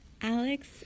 Alex